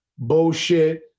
bullshit